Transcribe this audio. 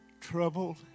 troubled